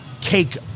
cake